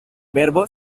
verbo